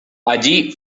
allí